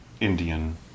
Indian